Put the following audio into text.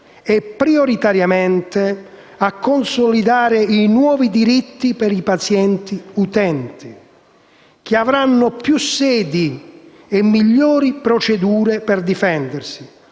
e prioritariamente a consolidare i nuovi diritti per i pazienti/utenti, che avranno più sedi e migliori procedure per difendersi